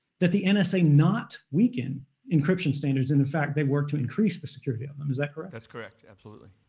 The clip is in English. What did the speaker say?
that the and nsa not weaken encryption standards. and in fact, they work to increase the security of them. is that correct? that's correct. absolutely.